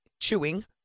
chewing